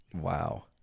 Wow